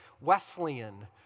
wesleyan